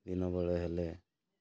ଦିନ ବେଳେ ହେଲେ